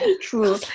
true